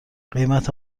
قیمت